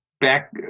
back